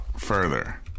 further